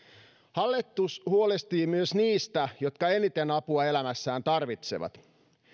hallitus huolehtii myös niistä jotka eniten apua elämässään tarvitsevat